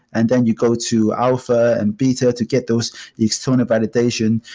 and then you go to alpha and beta to get those external validation.